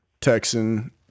Texan